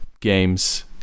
games